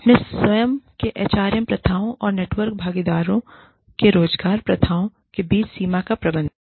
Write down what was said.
अपने स्वयं के एचआरएम प्रथाओं और नेटवर्क भागीदारों के रोजगार प्रथाओं के बीचसीमा का प्रबंधन